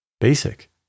basic